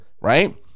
right